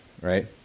right